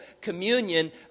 communion